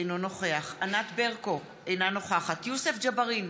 אינו נוכח ענת ברקו, אינה נוכחת יוסף ג'בארין,